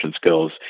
skills